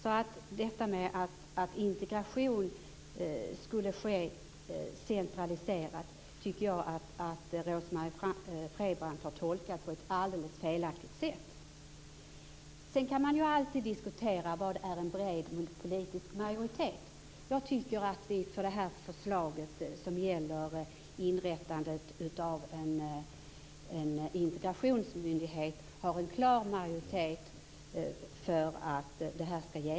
Jag tycker att Rose-Marie Frebran på ett alldeles felaktigt sätt har tolkat att integrationen skulle ske centraliserat. Sedan kan man alltid diskutera vad en bred politisk majoritet är. Jag tycker att vi för förslaget om att inrätta en integrationsmyndighet har en klar majoritet.